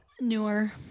Newer